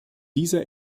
dieser